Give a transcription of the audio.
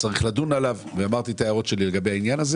צריך לדון עליו ואמרתי את ההערות שלי לעניין הזה